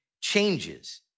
changes